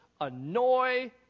annoy